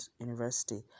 university